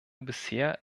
bisher